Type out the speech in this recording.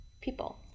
people